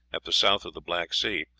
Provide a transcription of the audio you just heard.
at the south of the black sea,